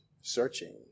searching